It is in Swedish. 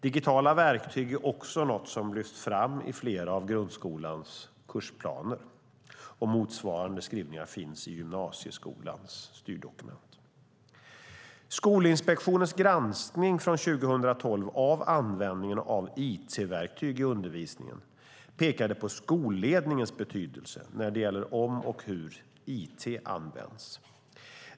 Digitala verktyg är också något som lyfts fram i flera av grundskolans kursplaner. Motsvarande skrivningar finns i gymnasieskolans styrdokument. Skolinspektionens granskning från 2012 av användningen av it-verktyg i undervisningen pekade på skolledningens betydelse när det gäller om och hur it används.